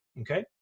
Okay